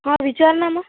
हा विचार ना मग